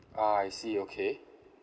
ah I see okay